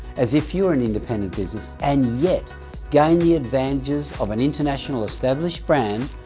as if you are an independent business and yet gain the advantages of an international, established brand,